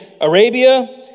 Arabia